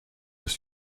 des